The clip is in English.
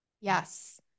Yes